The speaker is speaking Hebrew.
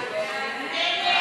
אראל מרגלית,